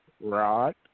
Rod